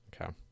Okay